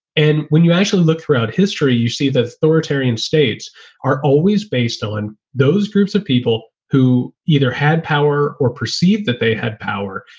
and when you actually look throughout history, you see that authoritarian states are always based on those groups of people who either had power or perceived that they had power.